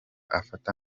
afata